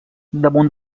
damunt